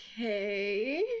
Okay